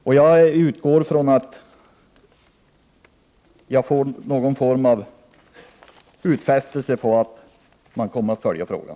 Och jag utgår från att jag får någon form av utfästelse om att man kommer att följa frågan.